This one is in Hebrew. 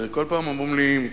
וכל פעם אומרים לי,